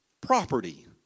property